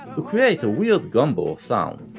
to create a weird gumbo of sound.